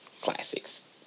classics